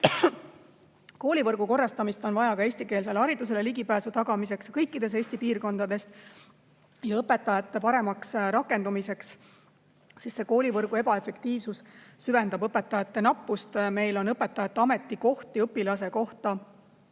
Koolivõrgu korrastamist on vaja ka eestikeelsele haridusele ligipääsu tagamiseks kõikides Eesti piirkondades ja õpetajate paremaks rakendamiseks. Koolivõrgu ebaefektiivsus süvendab õpetajate nappust. Meil on õpetajate ametikohti õpilase kohta